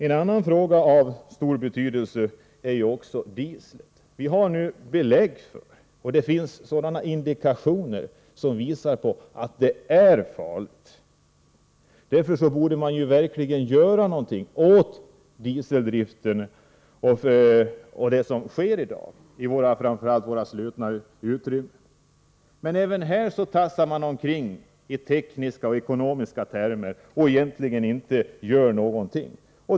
En annan fråga av stor betydelse är dieseldriften. Det finns indikationer på och vi har belägg för att den är farlig. Därför borde man verkligen göra något åt dieseldriften, framför allt när det gäller arbeten som pågår i slutna utrymmen. Även här tassar men emellertid omkring med tekniska och ekonomiska termer och gör egentligen inte något.